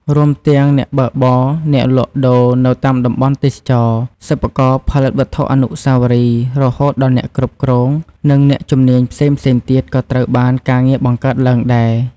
រួមទាំង អ្នកបើកបរ អ្នកលក់ដូរនៅតាមតំបន់ទេសចរណ៍ សិប្បករផលិតវត្ថុអនុស្សាវរីយ៍ រហូតដល់អ្នកគ្រប់គ្រង និងអ្នកជំនាញផ្សេងៗទៀតក៏ត្រូវបានការងារបង្កើតឡើងដែរ។